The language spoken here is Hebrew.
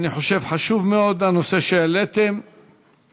אני חושב שהנושא שהעליתם חשוב מאוד.